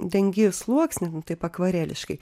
dengi sluoksniu nu taip akvareliškai